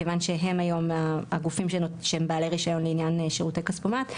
כיוון שהם היום הגופים שהם בעלי רישיון לעניין שירותי כספומט,